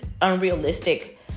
unrealistic